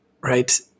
right